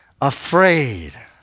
afraid